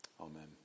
Amen